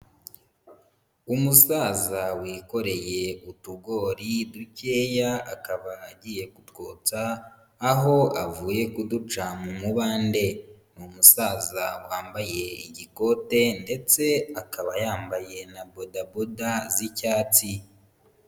Umusaza wikoreye utugori dukeya, akaba agiye kutwotsa, aho avuye kuduca mu mubande. Ni umusaza wambaye igikote, ndetse akaba yambaye na bodaboda z'icyatsi.